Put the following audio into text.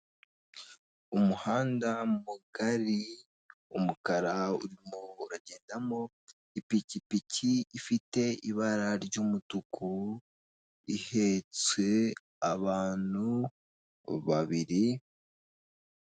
Umuhanda mugari w'umukara urimo agendamo ipikipiki ifite ibara ry'umutuku, ihetswe abantu babiri.